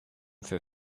für